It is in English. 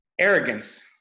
Arrogance